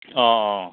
অ' অ'